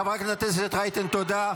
חברת הכנסת רייטן, תודה.